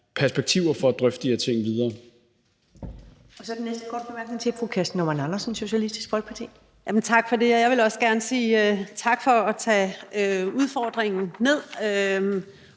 perspektiver i at drøfte de her ting videre.